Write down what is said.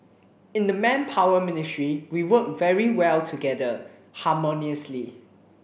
in the Manpower Ministry we work very well together harmoniously